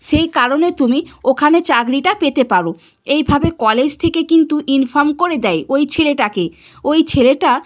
সেই কারণে তুমি ওখানে চাকরিটা পেতে পারো এইভাবে কলেজ থেকে কিন্তু ইনফর্ম করে দেয় ওই ছেলেটাকে ওই ছেলেটা